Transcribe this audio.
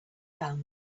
found